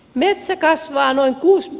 metsä kasvaa noin kuusi e